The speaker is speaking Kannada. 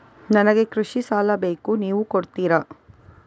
ನನಗೆ ಕೃಷಿ ಸಾಲ ಬೇಕು ನೀವು ಕೊಡ್ತೀರಾ?